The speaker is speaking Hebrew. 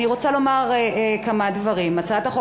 אני רוצה לומר כמה דברים: הצעת החוק